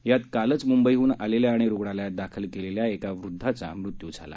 यात कालच मुंबईह्न आलेल्या आणि रुग्णालयात दाखल केलेल्या एका वृद्वाचा मृत्यू झाला